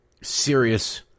serious